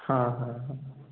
ହଁ ହଁ ହଁ